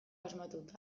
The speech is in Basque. asmatuta